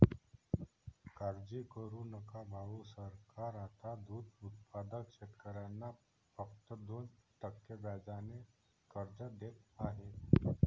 काळजी करू नका भाऊ, सरकार आता दूध उत्पादक शेतकऱ्यांना फक्त दोन टक्के व्याजाने कर्ज देत आहे